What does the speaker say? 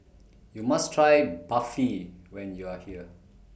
YOU must Try Barfi when YOU Are here